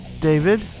David